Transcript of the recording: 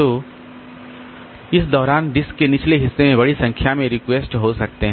तो इस दौरान डिस्क के निचले हिस्से में बड़ी संख्या में रिक्वेस्ट हो सकते हैं